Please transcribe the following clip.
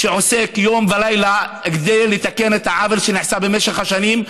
שעוסק יום ולילה כדי לתקן את העוול שנעשה במשך השנים.